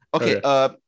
Okay